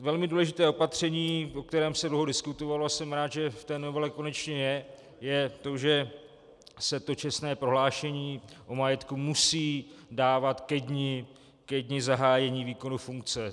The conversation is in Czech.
Velmi důležité opatření, o kterém se dlouho diskutovalo, a jsem rád, že v té novele konečně je, je to, že se to čestné prohlášení o majetku musí dávat ke dni zahájení výkonu funkce.